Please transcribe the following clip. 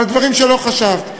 על דברים שלא חשבת.